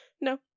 No